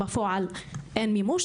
בפועל אין מימוש.